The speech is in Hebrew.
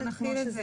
אנחנו נכין את זה